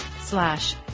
slash